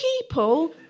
people